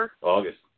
August